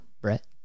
Brett